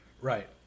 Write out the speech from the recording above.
Right